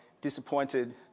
disappointed